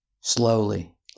slowly